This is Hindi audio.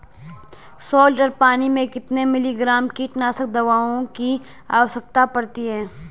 सौ लीटर पानी में कितने मिलीग्राम कीटनाशक दवाओं की आवश्यकता पड़ती है?